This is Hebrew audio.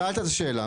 שאלת את השאלה.